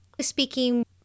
Speaking